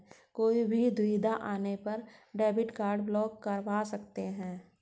कोई भी दुविधा आने पर डेबिट कार्ड ब्लॉक करवा सकते है